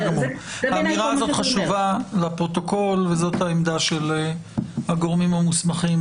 האמירה הזאת חשובה לפרוטוקול וזאת העמדה של הגורמים המוסמכים,